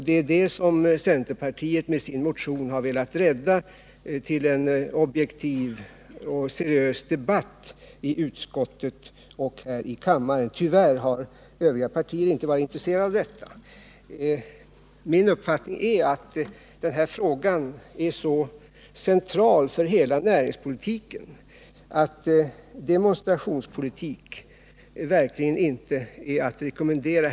Det är det som centerpartiet med sin motion har velat rädda till en objektiv och seriös debatt i utskottet och här i kammaren. Tyvärr har övriga partier inte varit intresserade av detta. Min uppfattning är att den här frågan är så central för hela näringspolitiken att någon demonstrationspolitik verkligen inte är att rekommendera.